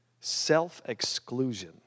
self-exclusion